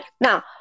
Now